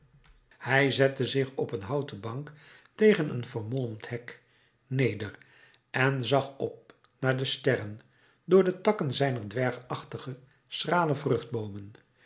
hij zette zich op een houten bank tegen een vermolmd hek neder en zag op naar de sterren door de takken zijner dwergachtige schrale